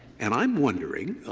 and i'm wondering